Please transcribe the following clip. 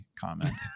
comment